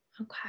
Okay